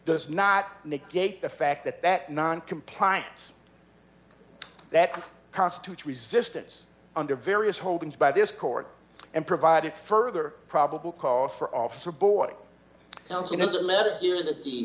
does not negate the fact that that noncompliance that constitutes resistance under various holdings by this court and provided further probable cause for officer boy was in this matter here